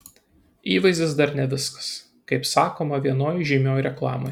įvaizdis dar ne viskas kaip sakoma vienoj žymioj reklamoj